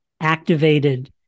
activated